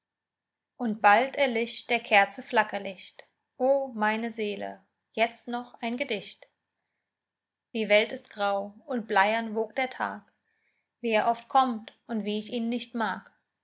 und bald erlischt der kerze flackerlicht o meine seele jetzt noch ein gedicht die welt ist grau und bleiern wog der tag wie er oft kommt und wie ich ihn nicht mag